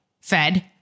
fed